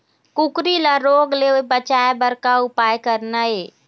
कुकरी ला रोग ले बचाए बर का उपाय करना ये?